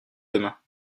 demain